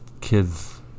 kids